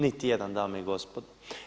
Niti jedan dame i gospodo.